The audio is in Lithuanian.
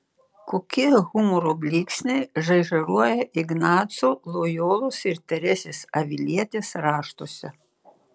kokie humoro blyksniai žaižaruoja ignaco lojolos ir teresės avilietės raštuose